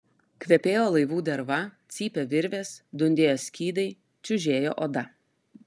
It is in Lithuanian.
kvepėjo laivų derva cypė virvės dundėjo skydai čiužėjo oda